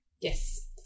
Yes